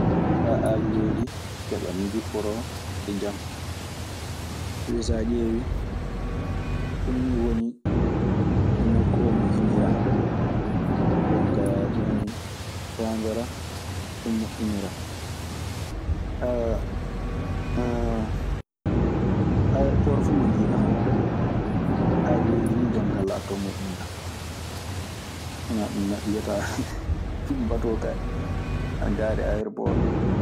Faa aawiyooji keɓa no njipporoo e jam. Sabi so a ƴeewi ɗun nii woni ko nokku oo moƴƴiniraa. Jon kaa ɗun faandoraa. Ɗun moƴƴiniraa. Ayeropoor fu mo njiiɗaa, aawiyon nii jonkaa moƴƴiniraa. So wanaa ɗun neɗɗo yiyataa batoo kaa ana garee ayeropoor.